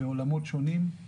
בעולמות שונים.